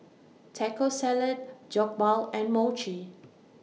Taco Salad Jokbal and Mochi